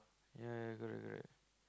ya correct correct